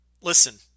Listen